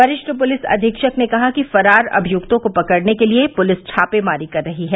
वरिष्ठ पुलिस अधीक्षक ने कहा कि फरार अमियुक्तों को पकड़ने के लिए पुलिस छापेमारी कर रही हैं